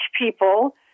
people